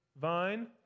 vine